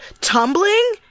Tumbling